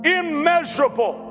immeasurable